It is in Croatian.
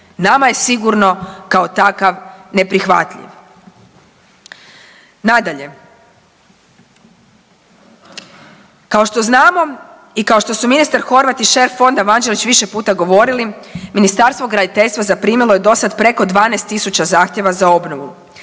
nama je sigurno kao takav neprihvatljiv. Nadalje, kao što znamo i kao što su ministar Horvat i šef fonda Vanđelić više puta govorili, Ministarstvo graditeljstva zaprimilo je dosad preko 12.000 zahtjeva za obnovu.